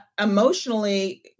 emotionally